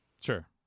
Sure